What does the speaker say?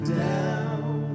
down